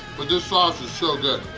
but this sauce is so good!